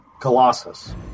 Colossus